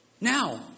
Now